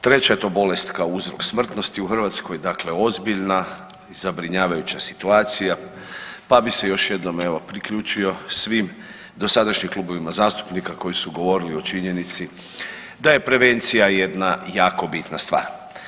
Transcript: Treća je to bolest kao uzrok smrtnosti u Hrvatskoj, dakle ozbiljna i zabrinjavajuća situacija pa bih se još jednom evo priključio svim dosadašnjim klubovima zastupnika koji su govorili o činjenici da je prevencija jedna jako bitna stvar.